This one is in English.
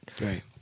Right